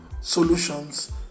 solutions